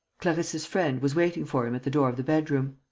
clarisse's friend was waiting for him at the door of the bedroom.